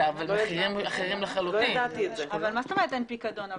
מה זאת אומרת אין פיקדון?